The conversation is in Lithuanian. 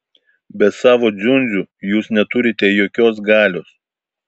be savo dziundzių jūs neturite jokios galios